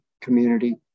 community